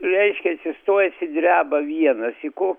reiškia atsistojęs ir dreba vienas i ko